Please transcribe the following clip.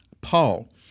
Paul